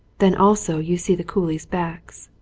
then also you see the coolies' backs.